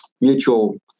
mutual